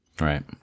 right